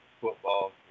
football